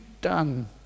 done